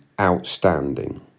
outstanding